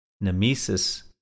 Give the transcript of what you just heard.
nemesis